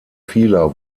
vieler